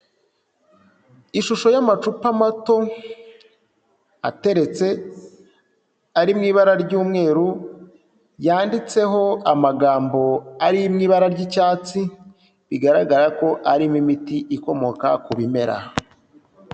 Ishusho y'amacupa mato ateretse ari mu ibara ry'umweru, yanditseho amagambo ari mu ibara ry'icyatsi, bigaragara ko harimo imiti ikomoka ku bimera.